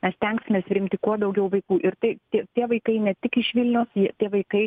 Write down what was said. mes stengsimės priimti kuo daugiau vaikų ir tai tie tie vaikai ne tik iš vilniaus jie tie vaikai